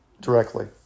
directly